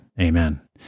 Amen